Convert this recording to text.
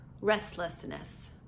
restlessness